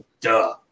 Duh